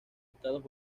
estados